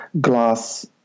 glass